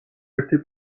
ერთი